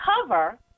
cover